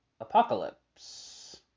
Apocalypse